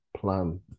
plan